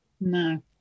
No